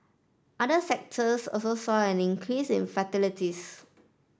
other sectors also saw an increase in fatalities